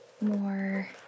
more